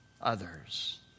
others